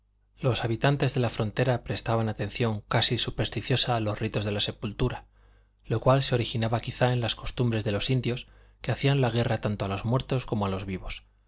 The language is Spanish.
los habitantes de la frontera prestaban atención casi supersticiosa a los ritos de la sepultura lo cual se originaba quizá en las costumbres de los indios que hacían la guerra tanto a los muertos como a los vivos